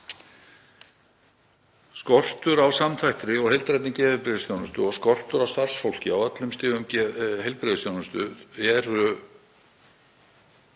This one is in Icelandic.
Skortur á samþættri og heildrænni geðheilbrigðisþjónustu og skortur á starfsfólki á öllum stigum heilbrigðisþjónustu eru